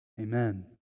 Amen